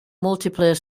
multiplayer